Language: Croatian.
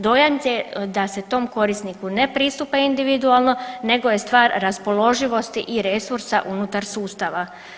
Dojam je da se tom korisniku ne pristupa individualno nego je stvar neraspoloživosti i resursa unutar sustava.